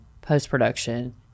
post-production